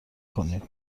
کنید